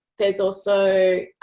there is also,